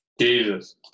Jesus